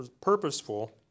purposeful